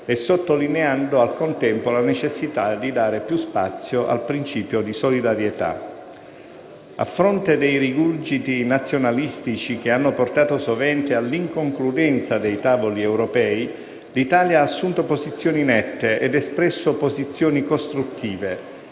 e sottolineando al contempo la necessità di dare più spazio al principio di solidarietà. A fronte dei rigurgiti nazionalistici che hanno portato sovente all'inconcludenza dei tavoli europei, l'Italia ha assunto posizioni nette ed espresso posizioni costruttive.